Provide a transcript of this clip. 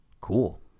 Cool